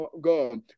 God